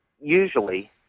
usually